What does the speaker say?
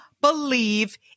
believe